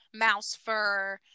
Mousefur